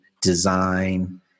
design